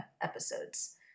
episodes